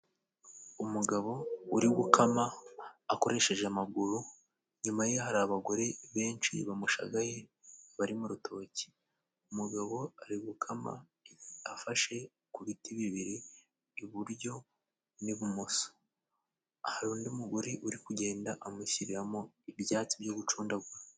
Umugabo uri gukama akoresheje amaguru, inyuma ye hari abagore benshi bamushagaye bari mu rutoki. Umugabo ari gukama afashe ku biti bibiri iburyo n'ibumoso hari undi mugore uri kugenda amushyiriramo ibyatsi byo gucundagura.